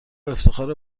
افتخار